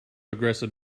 aggressive